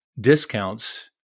discounts